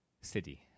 city